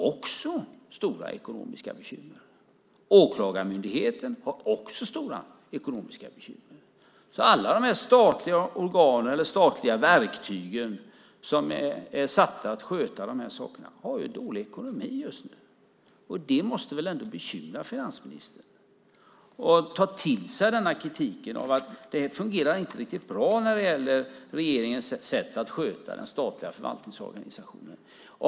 Också polisen har stora ekonomiska bekymmer, liksom Åklagarmyndigheten. Alla de statliga verktyg som är satta att sköta dessa saker har dålig ekonomi just nu, och det måste väl bekymra finansministern så att han tar till sig kritiken om att regeringens sätt att sköta den statliga förvaltningsorganisationen inte fungerar riktigt bra.